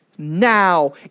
Now